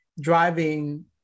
driving